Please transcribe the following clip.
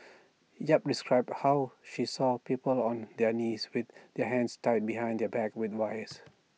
yap described how she saw people on their knees with their hands tied behind their backs with wires